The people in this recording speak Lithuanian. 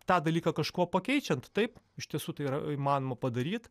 tą dalyką kažkuo pakeičiant taip iš tiesų tai yra įmanoma padaryt